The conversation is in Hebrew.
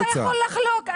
אתה יכול לחלוק.